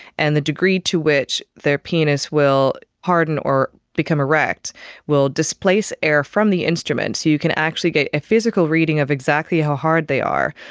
and the degree to which their penis will harden or become erect will displace air from the instrument, so you can actually get a physical reading of exactly how hard they are.